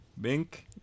Bink